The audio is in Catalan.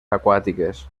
aquàtiques